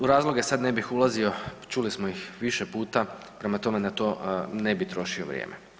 U razloge sad ne bih ulazio, čuli smo ih više puta prema tome na to ne bi trošio vrijeme.